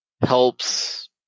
helps